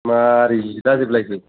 मारै जिलाजोबलायखो